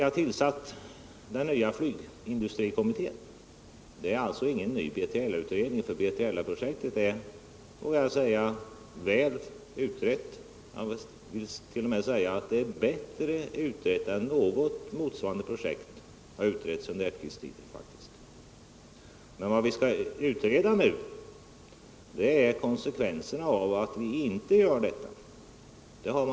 Den nytillsatta flygindustrikommittén är alltså ingen ny B3LA-utredning, eftersom detta projekt är väl utrett. Jag kan t.o.m. säga att det är bättre utrett än något motsvarande projekt blivit utrett under efterkrigstiden. Nej, vad vi skall utreda nu är konsekvenserna om vi inte utvecklar nytt flygplan.